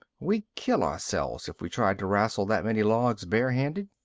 we'd kill ourselves if we tried to rassle that many logs bare-handed.